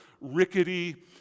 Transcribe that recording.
rickety